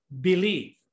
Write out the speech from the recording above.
believe